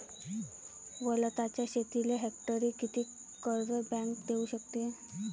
वलताच्या शेतीले हेक्टरी किती कर्ज बँक देऊ शकते?